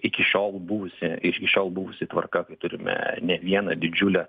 iki šiol buvusi iki šiol buvusi tvarka turime ne vieną didžiulę